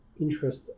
interest